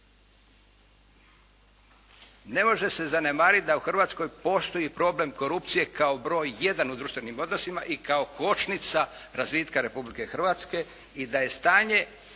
Ne može se zanemariti da u Hrvatskoj postoji problem korupcije kao broj jedan u društvenim odnosima i kao kočnica razvitka Republike Hrvatske i da je stanje